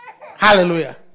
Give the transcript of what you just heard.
Hallelujah